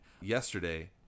Yesterday